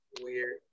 weird